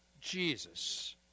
Jesus